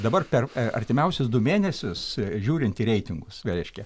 dabar per artimiausius du mėnesius žiūrint į reitingus vėl reiškia